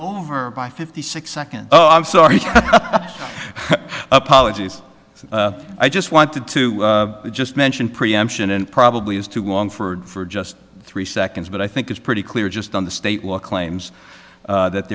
oh by fifty six seconds oh i'm sorry apologies i just wanted to just mention preemption and probably is too long for just three seconds but i think it's pretty clear just on the state law claims that